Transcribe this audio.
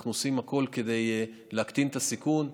אנחנו עושים הכול כדי להקטין את הסיכון.